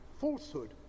falsehood